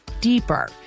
deeper